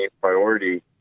priority